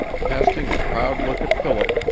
casting a proud look at philip,